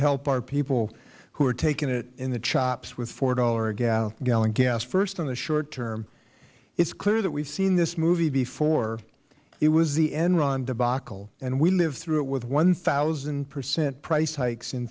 help our people who are taking it in the chops with four dollars a gallon gas first the short term it is clear that we have seen this movie before it was the enron debacle we lived through it with one thousand percent price hikes in